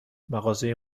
مغازه